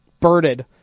birded